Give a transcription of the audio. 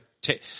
take